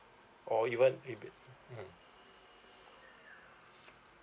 oh even maybe mm